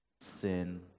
sin